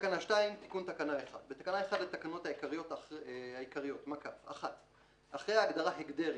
תיקון תקנה 1 בתקנה 1 לתקנות העיקריות (1) אחרי הגדרה "הגדר"